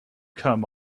come